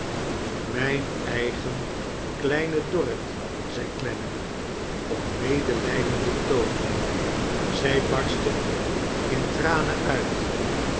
mijn eigen kleine dorrit zei clennam op medelijdenden toon zij barstte in tranen uit